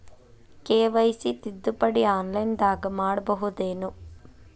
KYC ತಿದ್ದುಪಡಿ ಆನ್ಲೈನದಾಗ್ ಮಾಡ್ಬಹುದೇನು?